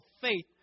faith